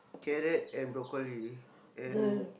carrot and broccoli and